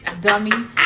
Dummy